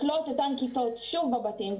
לכלוא את אותן כיתות שוב בבתים,